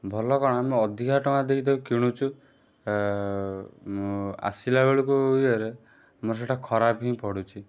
ଭଲ କ'ଣ ଆମେ ଅଧିକା ଟଙ୍କା ଦେଇ ତାକୁ କିଣୁଛୁ ଆସିଲା ବେଳକୁ ଇଏରେ ମୋର ସେଇଟା ଖରାପ ହିଁ ପଡ଼ୁଛି